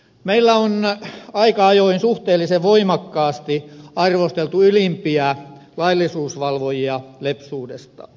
meillä on aika ajoin suhteellisen voimakkaasti arvosteltu ylimpiä laillisuusvalvojia lepsuudesta